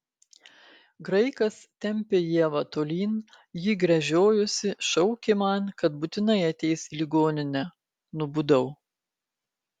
graikas tempė ievą tolyn ji gręžiojosi šaukė man kad būtinai ateis į ligoninę nubudau